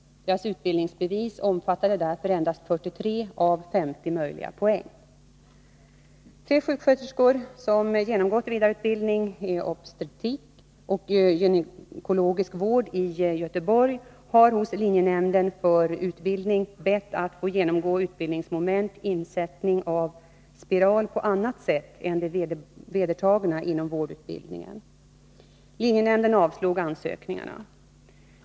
Deras utbildningsbevis omfattade därför endast 43 av 50 möjliga poäng. Tre sjuksköterskor, som har genomgått vidareutbildning i obstetrisk och gynekologisk vård i Göteborg, har hos linjenämnden för utbildning bett att få genomgå utbildningsmomentet insättning av spiral på annat sätt än det vedertagna inom vårdutbildningen. Linjenämnden avslog ansökningarna.